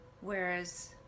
whereas